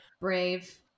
Brave